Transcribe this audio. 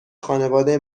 خانواده